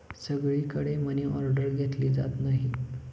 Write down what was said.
सगळीकडे मनीऑर्डर घेतली जात नाही